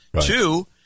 Two